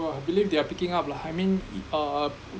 well I believe they are picking up lah I mean uh